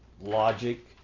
logic